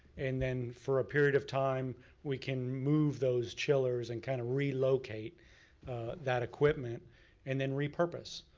and then for a period of time we can move those chillers and kind of relocate that equipment and then repurpose,